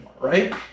right